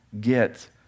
get